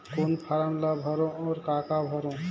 कौन फारम ला भरो और काका भरो?